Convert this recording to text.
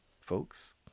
folks